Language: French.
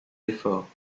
efforts